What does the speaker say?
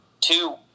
two